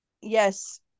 yes